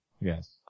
yes